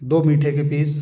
दो मीठे के पीस